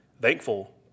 Thankful